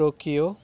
Tokyo